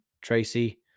Tracy